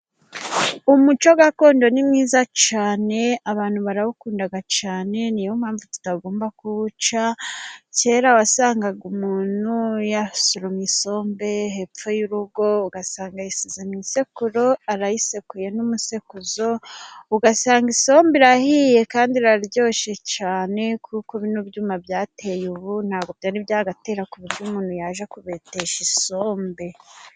Umuco gakondo ni mwiza cyane. Abantu barawukunda cyane. Niyo mpamvu tutagomba kuwuca. Kera wasangaga umuntu yasoromye isombe hepfo y'urugo, ugasanga yayishyize mu isekuru arayisekuye n'umusekuzo. Ugasanga isombe irahiye kandi iraryoshye cyane. Kuko bino byuma byateye ubu ntabwo byari byagatera ku buryo umuntu yajya kushesha isombe.